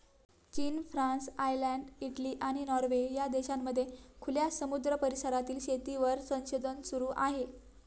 चीन, France, Ireland, Italy, आणि Norway या देशांमध्ये खुल्या समुद्र परिसरातील शेतीवर संशोधन सुरू आहे